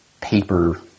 paper